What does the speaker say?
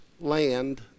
land